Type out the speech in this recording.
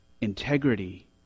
integrity